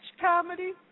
comedy